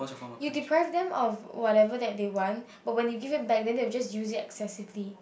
you deprive them of whatever that they want but when you give it back then they will just use it excessively